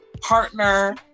partner